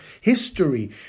history